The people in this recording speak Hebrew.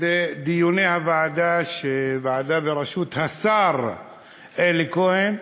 בדיוני הוועדה, ועדה בראשות השר אלי כהן.